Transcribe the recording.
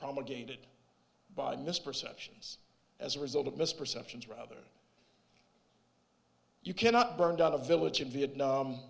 promulgated by misperceptions as a result of misperceptions rather you cannot burn down a village in vietnam